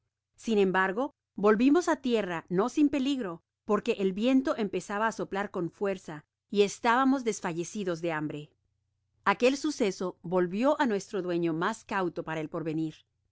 sin embargo volvimos á tierra no sin peligro porque el viento empezaba á soplar con fuerza y estábamos desfallecidos de hambre aquel suceso volvió á nuestro dueño mas cauto para el porvenir